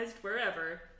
wherever